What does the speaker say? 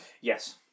Yes